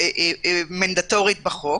מנדטורית בחוק